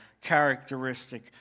characteristic